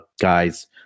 guys